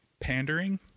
pandering